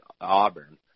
auburn